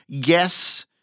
Guess